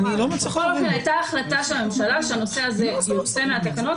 הייתה החלטה של הממשלה שהנושא הזה יוצא מהתקנות